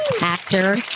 Actor